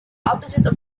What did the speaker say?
opposite